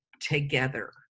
together